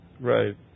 Right